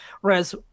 Whereas